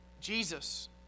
Jesus